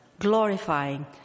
glorifying